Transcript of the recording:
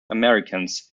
americans